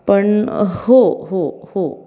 पण हो हो हो